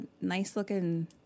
nice-looking